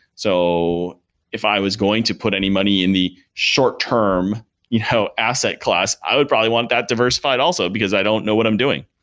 so if i was going to put any money in the short term you know asset class, i would probably want that diversified also because i don't know what i'm doing.